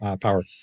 power